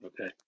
Okay